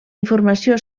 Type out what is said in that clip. informació